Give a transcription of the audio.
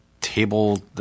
table